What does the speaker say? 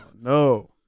no